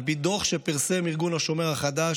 על פי דוח שפרסם ארגון השומר החדש,